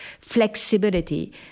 flexibility